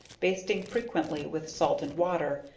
basting frequently with salt and water,